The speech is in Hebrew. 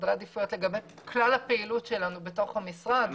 סדרי העדיפויות הם לגבי כלל הפעילות שלנו בתוך המשרד.